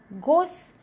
goes